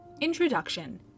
Introduction